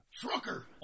Trucker